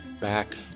Back